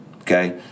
Okay